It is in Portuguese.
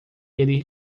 ele